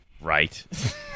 right